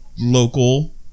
local